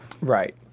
right